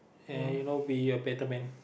and you know be a better man